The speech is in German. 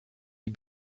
die